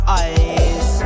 eyes